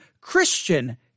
Christian